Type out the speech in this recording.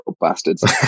bastards